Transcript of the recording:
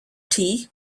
tea